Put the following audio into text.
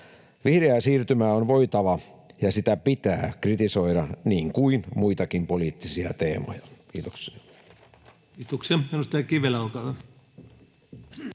Vihreää siirtymää on voitava ja sitä pitää kritisoida niin kuin muitakin poliittisia teemoja. — Kiitos. Kiitoksia. — Edustaja Kivelä, olkaa hyvä.